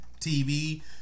TV